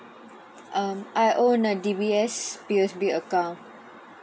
um I own a D_B_S P_O_S_B account